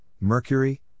Mercury